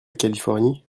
californie